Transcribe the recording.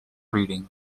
reading